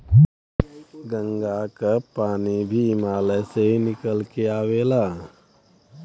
गंगा क पानी भी हिमालय से ही निकल के आवेला